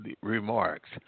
remarks